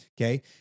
Okay